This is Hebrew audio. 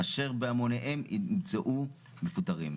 אשר בהמוניהם ימצאו מפוטרים.